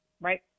right